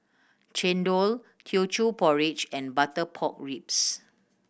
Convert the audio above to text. chendol Teochew Porridge and butter pork ribs